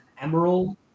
emerald